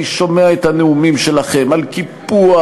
אני שומע את הנאומים שלכם על קיפוח,